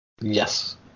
yes